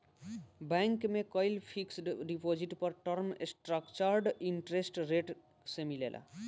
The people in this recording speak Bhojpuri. बैंक में कईल फिक्स्ड डिपॉज़िट पर टर्म स्ट्रक्चर्ड इंटरेस्ट रेट से मिलेला